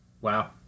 Wow